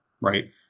right